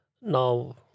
now